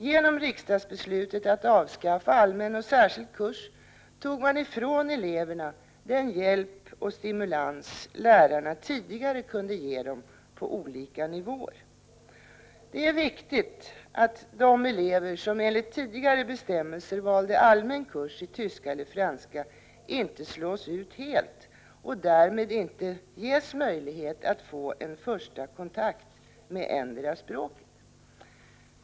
Genom riksdagsbeslutet att Grd ROR avskaffa allmän och särskild kurs tog man ifrån eleverna den hjälp och stimulans lärarna tidigare kunde ge dem på olika nivåer. Det är viktigt att de elever som enligt tidigare bestämmelser valde allmän kurs i tyska eller franska inte slås ut helt och därmed inte ges möjlighet att få en första kontakt med ettdera språket.